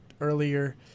earlier